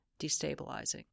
destabilizing